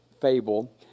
fable